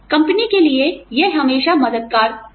company के लिए हमेशा मददगार है